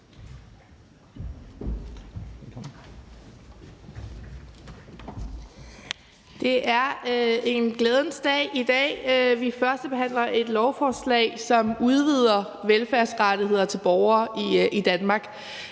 Det er en glædens dag i dag. Vi førstebehandler et lovforslag, som udvider velfærdsrettigheder til borgere i Danmark,